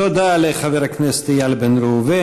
תודה לחבר הכנסת איל בן ראובן.